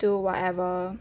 do whatever